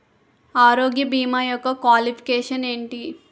ఆరోగ్య భీమా యెక్క క్వాలిఫికేషన్ ఎంటి?